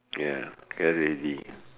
ya clear already